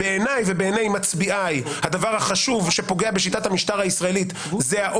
בעיני ובעיני מצביעי הדבר החשוב שפוגע בשיטת המשטר הישראלית זה ה-